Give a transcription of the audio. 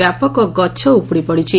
ବ୍ୟାପକ ଗଛ ଉପୁଡି ପଡିଛି